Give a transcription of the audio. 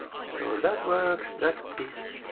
so that works. that is